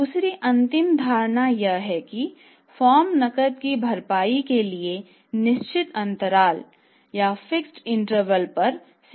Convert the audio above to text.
दूसरी अंतिम धारणा यह है कि फर्म नकद की भरपाई के लिए निश्चित अंतराल बेचता है